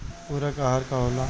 पुरक अहार का होला?